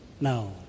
Now